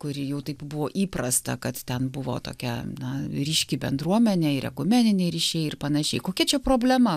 kur jau taip buvo įprasta kad ten buvo tokia na ryški bendruomenė ir ekumeniniai ryšiai ir panašiai kokia čia problema